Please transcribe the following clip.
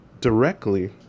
directly